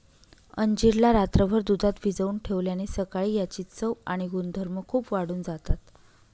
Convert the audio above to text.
अंजीर ला रात्रभर दुधात भिजवून ठेवल्याने सकाळी याची चव आणि गुणधर्म खूप वाढून जातात